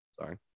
sorry